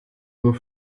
nur